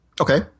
Okay